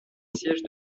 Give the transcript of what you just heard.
siège